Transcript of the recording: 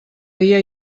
dia